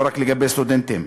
לא רק לגבי סטודנטים,